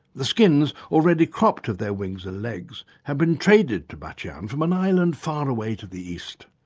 the skins, already cropped of their wings and legs, had been traded to batchian from an island far away to the east.